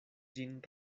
ĝin